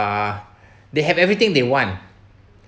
are they have everything they want